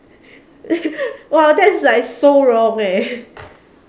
!wow! that's like so wrong eh